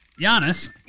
Giannis